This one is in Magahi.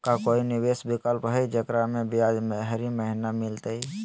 का कोई निवेस विकल्प हई, जेकरा में ब्याज हरी महीने मिलतई?